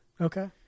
Okay